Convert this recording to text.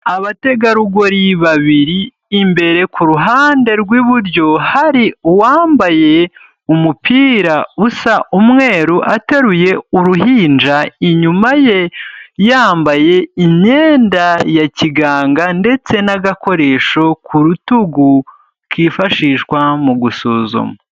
Abategarugori babiri, imbere ku ruhande rw'iburyo hari uwambaye umupira usa umweru, ateruye uruhinja, inyuma ye yambaye imyenda ya kiganga, ndetse n'agakoresho ku rutugu kifashishwa mu gusuzuma.